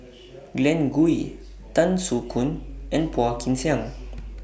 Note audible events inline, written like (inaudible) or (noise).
(noise) Glen Goei Tan Soo Khoon and Phua Kin Siang